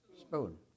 spoon